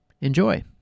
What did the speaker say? Enjoy